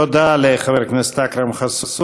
תודה לחבר הכנסת אכרם חסון.